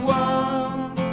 one